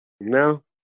No